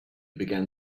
began